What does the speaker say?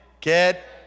Get